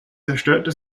zerstörte